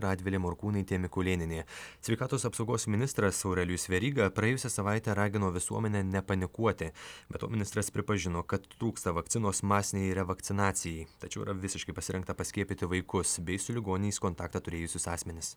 radvilė morkūnaitė mikulėnienė sveikatos apsaugos ministras aurelijus veryga praėjusią savaitę ragino visuomenę nepanikuoti be to ministras pripažino kad trūksta vakcinos masinei revakcinacijai tačiau yra visiškai pasirengta paskiepyti vaikus bei su ligoniais kontaktą turėjusius asmenis